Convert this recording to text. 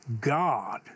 God